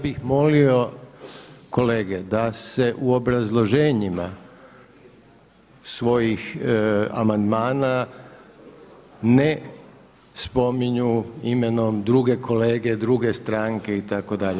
bih molio kolege da se u obrazloženjima svojih amandmana ne spominju imenom druge kolege, druge stranke itd.